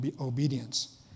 obedience